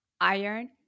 iron